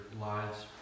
lives